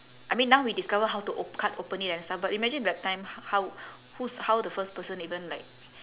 I mean now we discover how to op~ cut open it and stuff but imagine that time how who's how the first person even like